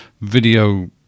video